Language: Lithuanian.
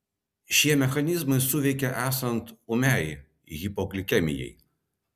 šie mechanizmai suveikia esant ūmiai hipoglikemijai